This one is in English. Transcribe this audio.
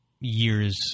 years